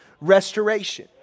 restoration